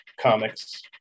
comics